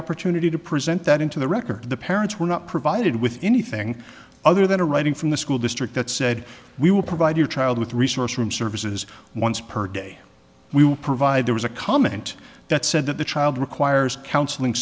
opportunity to present that into the record the parents were not provided with anything other than a writing from the school district that said we will provide your child with resource room services once per day we will provide there was a comment that said that the child requires counseling